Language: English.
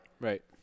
Right